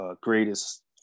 Greatest